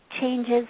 changes